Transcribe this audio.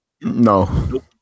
No